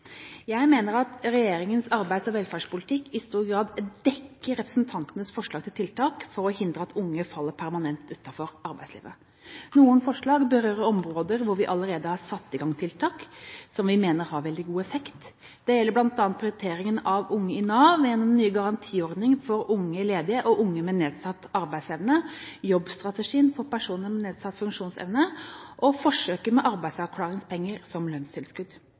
Jeg mener at regjeringens arbeids- og velferdspolitikk i stor grad dekker representantenes forslag til tiltak for å hindre at unge faller permanent utenfor arbeidslivet. Noen forslag berører områder hvor vi allerede har satt i gang tiltak som vi mener har veldig god effekt. Det gjelder bl.a. prioriteringen av unge i Nav, gjennom den nye garantiordningen for unge ledige og unge med nedsatt arbeidsevne, Jobbstrategi for personer med nedsatt funksjonsevne og forsøket med arbeidsavklaringspenger som lønnstilskudd.